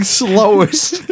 slowest